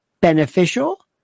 beneficial